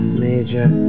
major